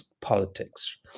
politics